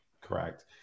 Correct